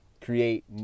create